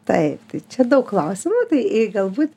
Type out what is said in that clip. taip tai čia daug klausimų tai galbūt